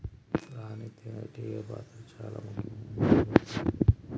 రాణి తేనే టీగ పాత్ర చాల ముఖ్యమైనదని చెబుతున్నరు